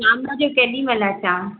शाम जो केॾी महिल अचांव